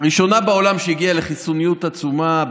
ראשונה בעולם שהגיעה לחיסוניות עצומה.